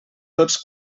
tots